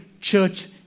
church